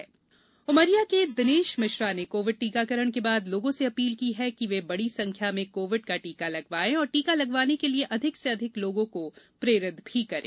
जन आंदोलन उमरिया के दिनेश मिश्रा ने कोविड टीकाकरण के बाद लोगों से अपील की है कि वे बड़ी संख्या में कोविड का टीका लगवाए और टीका लगवाने के लिये अधिक से अधिक लोगों को प्रेरित भी करें